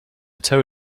tow